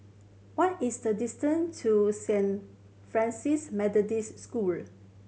what is the distance to Saint Francis Methodist School